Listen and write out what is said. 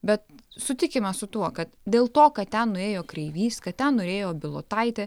bet sutikime su tuo kad dėl to kad ten nuėjo kreivys kad ten nuėjo bilotaitė